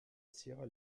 sierra